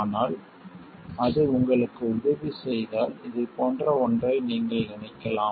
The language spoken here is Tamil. ஆனால் அது உங்களுக்கு உதவி செய்தால் இதைப் போன்ற ஒன்றை நீங்கள் நினைக்கலாம்